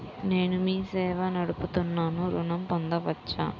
నేను మీ సేవా నడుపుతున్నాను ఋణం పొందవచ్చా?